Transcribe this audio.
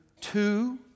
two